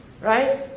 right